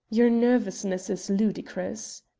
your nervousness is ludicrous.